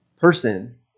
person